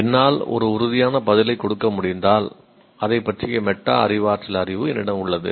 என்னால் ஒரு உறுதியான பதிலைக் கொடுக்க முடிந்தால் அதைப் பற்றிய மெட்டா அறிவாற்றல் அறிவு என்னிடம் உள்ளது